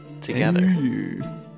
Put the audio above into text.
together